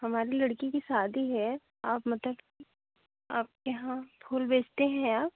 हमारी लड़की की शादी है आप मतलब आपके यहाँ फूल बेचते हैं आप